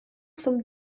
zum